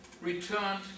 returned